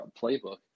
playbook